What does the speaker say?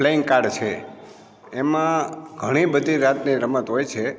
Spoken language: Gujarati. પ્લેઇંગ કાર્ડ છે એમાં ઘણી બધી જાતની રમત હોય છે